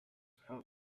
how